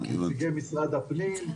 נציגי משרד הפנים.